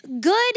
Good